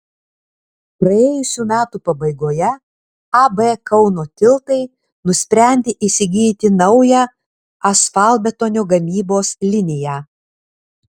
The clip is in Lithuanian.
praėjusių metų pabaigoje ab kauno tiltai nusprendė įsigyti naują asfaltbetonio gamybos liniją